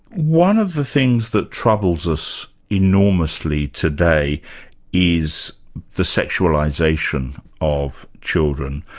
one of the things that troubles us enormously today is the sexualisation of children.